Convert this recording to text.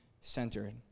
centered